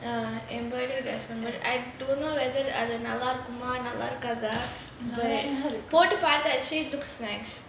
err embroider வந்து:vanthu I don't know whether the other அது நல்லா இருக்குமா நல்லா இருக்காதா போட்டு பார்த்தேன்:athu nallaa irukkumaa nallaa irukathanu potu paarthaen that shade looks nice